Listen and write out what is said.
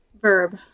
Verb